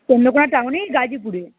চন্দ্রকোনা টাউনেই গাজীপুরে